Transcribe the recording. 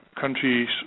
countries